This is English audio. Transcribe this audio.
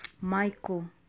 Michael